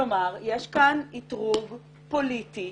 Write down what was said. כלומר, יש כאן אתרוג פוליטי